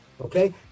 okay